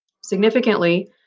Significantly